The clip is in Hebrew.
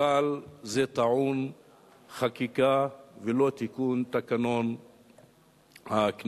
אבל זה טעון חקיקה ולא תיקון תקנון הכנסת.